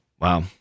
Wow